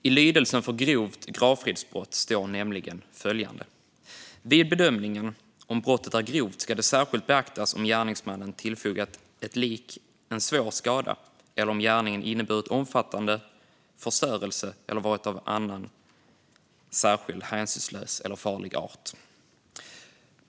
I lydelsen för grovt gravfridsbrott står nämligen följande: "Vid bedömningen av om brottet är grovt ska det särskilt beaktas om gärningsmannen tillfogat ett lik en svår skada eller om gärningen inneburit omfattande förstörelse eller annars varit av särskilt hänsynslös eller farlig art."